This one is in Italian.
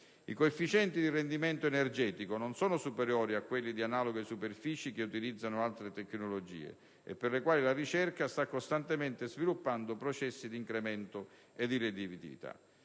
I coefficienti di rendimento energetico non sono superiori a quelli di analoghe superfici che utilizzano altre tecnologie e per le quali la ricerca sta costantemente sviluppando processi di incremento e di redditività.